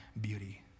beauty